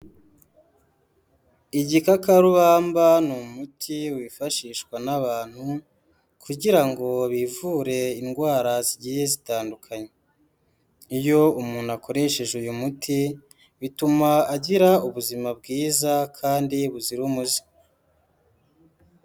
Igikakarubamba ni umuti wifashishwa n'abantu kugira ngo bivure indwara zigiye zitandukanye, iyo umuntu akoresheje uyu muti bituma agira ubuzima bwiza kandi buzira umuze.